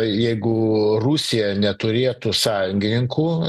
jeigu rusija neturėtų sąjungininkų